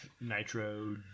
Nitro